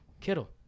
Kittle